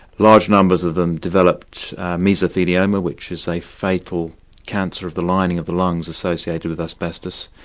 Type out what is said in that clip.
large numbers of them developed mesothelioma, which is a fatal cancer of the lining of the lungs, associated with asbestos,